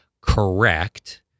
correct